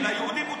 מה ליברמן אמר?